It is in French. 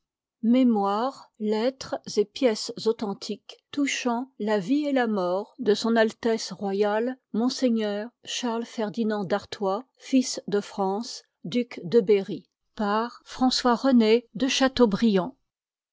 mémoires lettres et pièges authentiques touchant la vie et la mort de s a r monseigneur charles ferdinand dartois fils de france duc de berry par m le v de chateaubriand